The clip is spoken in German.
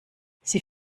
sie